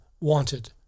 wanted